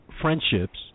friendships